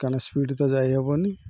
କାଇଁନା ସ୍ପିଡ଼୍ ତ ଯାଇ ହବନି